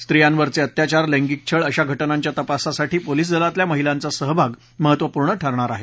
स्त्रीयांवरचे अत्याचार लैंगिक छळ अशा घटनांच्या तपासासाठी पोलिस दलातल्या महिलांचा सहभाग महत्त्वपूर्ण ठरणार आहे